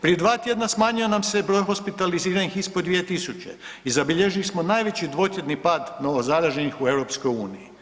Prije dva tjedna smanjio nam se broj hospitaliziranih ispod 2000 i zabilježili smo najveći dvotjedni pad novozaraženih u EU-u.